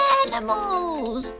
animals